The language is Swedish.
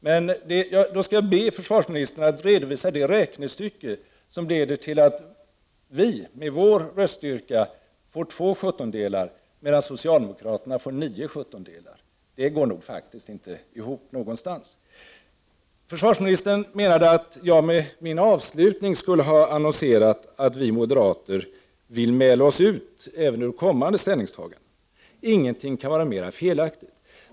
Men jag skall då be försvarsministern att redovisa det räknestycke som leder till att vi, med vår röststyrka, får två sjuttondelar medan socialdemokraterna får nio sjuttondelar. Det går nog faktiskt inte ihop någonstans. Försvarsministern menade att jag med avslutningen av mitt anförande skulle ha annonserat att vi moderater vill mäla oss ut även ur kommande ställningstaganden. Ingenting kan vara mera felaktigt.